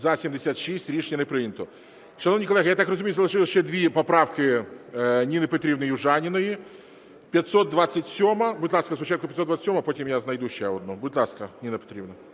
За-76 Рішення не прийнято. Шановні колеги, я так розумію, залишилося ще дві поправки Ніни Петрівни Южаніної – 527-а… Будь ласка, спочатку 527-а, потім я знайду ще одну. Будь ласка, Ніно Петрівно.